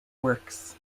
works